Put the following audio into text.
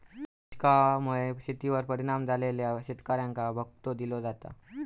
दुष्काळा मुळे शेतीवर परिणाम झालेल्या शेतकऱ्यांका भत्तो दिलो जाता